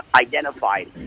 identified